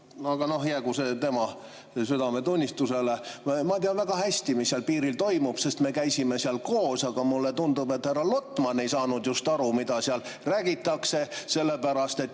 Aga jäägu see tema südametunnistusele. Ma tean väga hästi, mis seal piiril toimub, sest me käisime seal koos. Aga mulle tundub, et just härra Lotman ei saanud aru, millest seal räägiti, sellepärast et